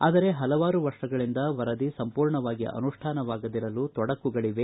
ಆದರೆ ಹಲವಾರು ವರ್ಷಗಳಿಂದ ವರದಿ ಸಂಪೂರ್ಣವಾಗಿ ಅನುಷ್ಠಾನವಾಗದಿರಲು ತೊಡಕುಗಳವೆ